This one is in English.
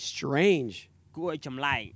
Strange